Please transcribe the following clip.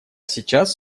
сейчас